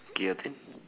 K your turn